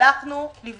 המרכזים לא עובדים ט.